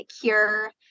cure